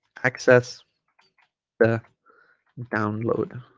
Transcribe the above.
access the download